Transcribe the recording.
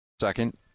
Second